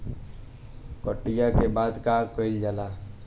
कटिया के बाद का कइल जाला?